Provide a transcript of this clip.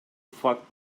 факт